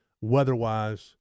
weather-wise